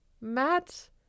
Matt